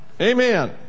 Amen